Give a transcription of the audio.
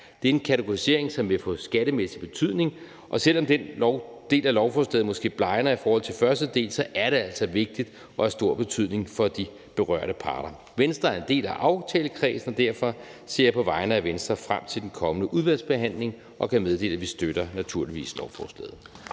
Det er en kategorisering, som vil få skattemæssig betydning, og selv om den del af lovforslaget måske blegner i forhold til første del, er det altså vigtigt og har stor betydning for de berørte parter. Venstre en del af aftalekredsen, og derfor ser jeg på vegne af Venstre frem til den kommende udvalgsbehandling og kan meddele, at vi naturligvis støtter lovforslaget.